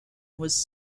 was